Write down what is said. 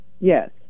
yes